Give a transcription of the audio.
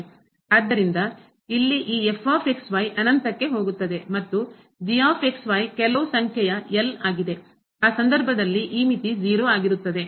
ಆದ್ದರಿಂದ ಇಲ್ಲಿ ಈ ಅನಂತಕ್ಕೆ ಹೋಗುತ್ತದೆ ಮತ್ತು ಕೆಲವು ಸಂಖ್ಯೆಯ ಆ ಸಂದರ್ಭದಲ್ಲಿ ಈ ಮಿತಿ 0 ಆಗಿರುತ್ತದೆ